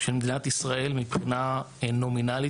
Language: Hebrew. של מדינת ישראל מבחינה נומינלית,